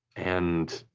and